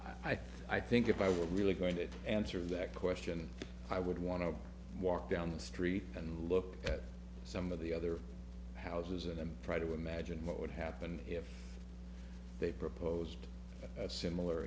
think i think if i were really going to answer that question i would want to walk down the street and look at some of the other houses and try to imagine what would happen if they proposed a similar